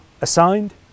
assigned